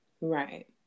right